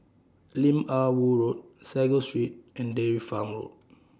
Lim Ah Woo Road Sago Street and Dairy Farm Road